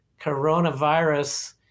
coronavirus